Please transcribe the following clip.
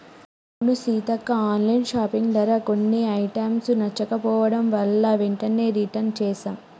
అవును సీతక్క online shopping ధర కొన్ని ఐటమ్స్ నచ్చకపోవడం వలన వెంటనే రిటన్ చేసాం